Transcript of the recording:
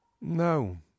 No